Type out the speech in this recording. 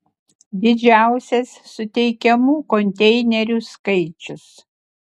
didžiausias suteikiamų konteinerių skaičius